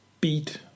beat